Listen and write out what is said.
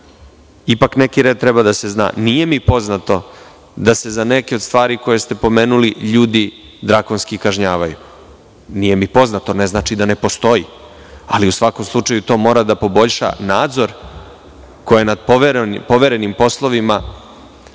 Ipak neki red treba da se zna. Nije mi poznato da se za neke od stvari koje ste pomenuli ljudi drakonski kažnjavaju. Nije mi poznato i ne znači da ne postoji. U svakom slučaju to mora da poboljša nadzor koji treba da